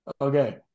okay